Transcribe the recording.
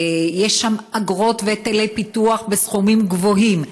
יש שם אגרות והיטלי פיתוח בסכומים גבוהים,